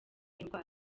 indwara